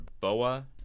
boa